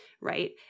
right